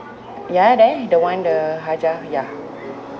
ya then the one the hajjah ya